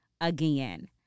Again